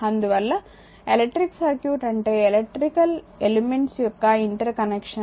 అందువల్ల electric circuit అంటే electrical elements యొక్క ఇంటర్ కనెక్షన్